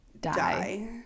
die